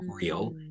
real